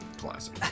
Classic